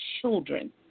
children